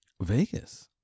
Vegas